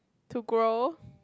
to grow